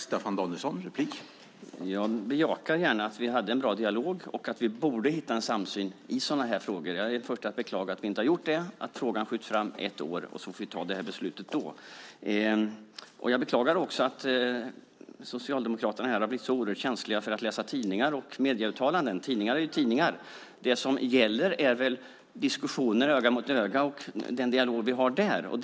Herr talman! Jag tillstår gärna att vi hade en bra dialog och att vi borde hitta en samsyn i sådana här frågor. Jag är den förste att beklaga att vi inte gjort det, att frågan skjuts fram ett år och vi får fatta beslutet då. Jag beklagar också att Socialdemokraterna blivit så oerhört känsliga för att läsa tidningar och ta till sig medieuttalanden. Tidningar är ju tidningar. Det som gäller är diskussioner öga mot öga och den dialog vi då för.